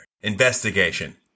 investigation